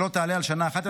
שלא תעלה על שנה אחת,